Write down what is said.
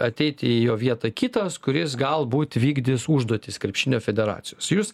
ateiti į jo vietą kitas kuris galbūt vykdys užduotis krepšinio federacijos jūs